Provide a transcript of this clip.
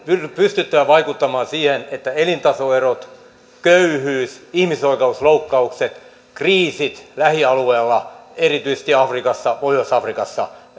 pystyttävä vaikuttamaan siihen että elintasoerot köyhyys ihmisoikeusloukkaukset kriisit lähialueilla erityisesti afrikassa pohjois afrikassa